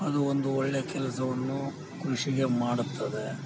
ಅದು ಒಂದು ಒಳ್ಳೆ ಕೆಲಸವನ್ನು ಕೃಷಿಗೆ ಮಾಡುತ್ತದೆ